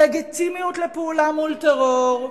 לגיטימיות לפעולה מול טרור,